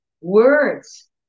words